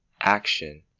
Action